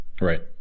Right